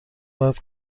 بعد